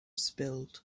spilled